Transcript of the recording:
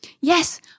Yes